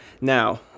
Now